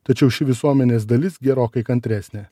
tačiau ši visuomenės dalis gerokai kantresnė